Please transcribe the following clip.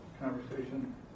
conversation